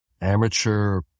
amateur